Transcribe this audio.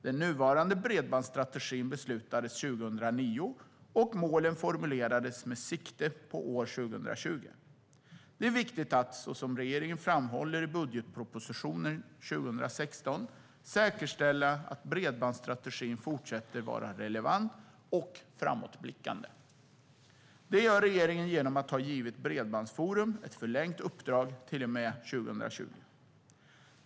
Den nuvarande bredbandsstrategin beslutades 2009, och målen formulerades med sikte på år 2020. Det är viktigt att, som regeringen framhåller i budgetpropositionen 2016, säkerställa att bredbandsstrategin fortsätter att vara relevant och framåtblickande. Det gör regeringen genom att ha givit Bredbandsforum ett förlängt uppdrag till och med 2020.